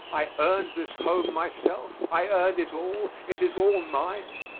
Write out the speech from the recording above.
i earned this home myself i earned it all. it is all mine,